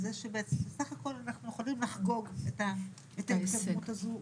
על זה שבסך הכול אנחנו יכולים לחגוג את ההתקדמות הזו,